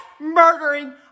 murdering